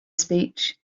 speech